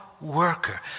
worker